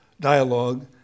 dialogue